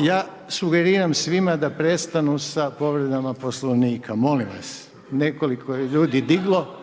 Ja sugeriram svima da prestanu sa povredama Poslovnika. Molim vas, nekoliko ljudi je diglo